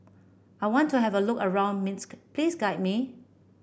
I want to have a look around Minsk please guide me